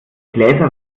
gläser